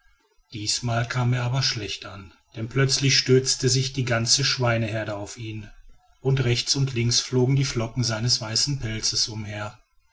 diesmal kam er aber schlecht an denn plötzlich stürzte sich die ganze schweineherde auf ihn und rechts und links flogen die flocken seines weißen pelzes umher